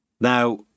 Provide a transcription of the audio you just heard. Now